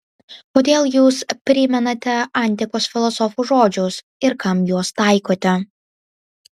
kodėl jūs primenate antikos filosofų žodžius ir kam juos taikote